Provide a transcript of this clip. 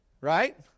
right